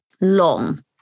long